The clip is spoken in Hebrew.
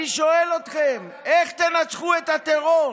אני שואל אתכם, איך תנצחו את הטרור?